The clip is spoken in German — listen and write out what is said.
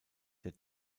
der